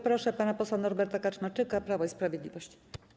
Proszę pana posła Norberta Kaczmarczyka, Prawo i Sprawiedliwość.